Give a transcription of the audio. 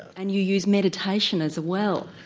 and you use meditation as well.